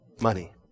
Money